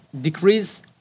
decrease